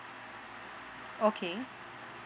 okay